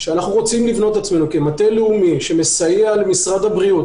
שאנו רוצים לבנות עצמנו כמטה לאומי שמסייע למשרד הבריאות,